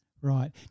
Right